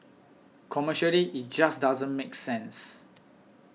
commercially it just doesn't make sense